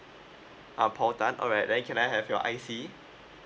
ah paul tan alright then can I have your I_C